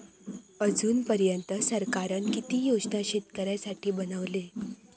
अजून पर्यंत सरकारान किती योजना शेतकऱ्यांसाठी बनवले?